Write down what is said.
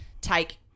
take